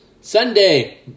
Sunday